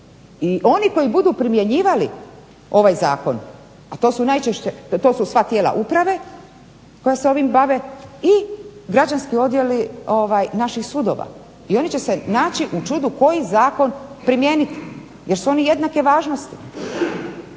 i oni koji budu primjenjivali ovaj zakon, a to su sva tijela uprave koja se ovim bave i građanski odjeli naših sudova. I oni će se naći u čudu koji zakon primijeniti jer su oni jednake važnosti.